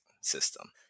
system